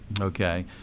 okay